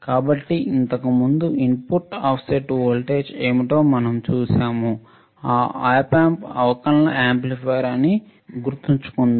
కాబట్టి ఇంతకుముందు input offset voltage ఏమిటో మనం చూశాము ఆ ఆప్ ఆంప్ అవకలన యాంప్లిఫైయర్ అని గుర్తుంచుకుందాం